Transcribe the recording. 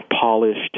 polished